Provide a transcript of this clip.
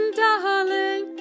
darling